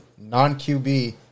non-QB